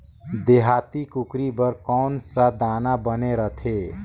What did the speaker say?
देहाती कुकरी बर कौन सा दाना बने रथे?